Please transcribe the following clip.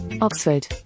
Oxford